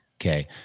Okay